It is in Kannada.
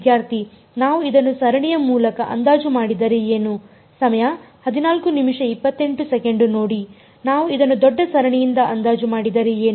ವಿದ್ಯಾರ್ಥಿ ನಾವು ಇದನ್ನು ಸರಣಿಯ ಮೂಲಕ ಅಂದಾಜು ಮಾಡಿದರೆ ಏನು ನಾವು ಇದನ್ನು ದೊಡ್ಡ ಸರಣಿಯಿಂದ ಅಂದಾಜು ಮಾಡಿದರೆ ಏನು